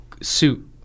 suit